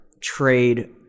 trade